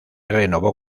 renovó